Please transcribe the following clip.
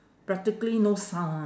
practically no sound [one]